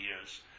years